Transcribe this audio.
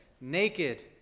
Naked